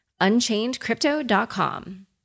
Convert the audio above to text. unchainedcrypto.com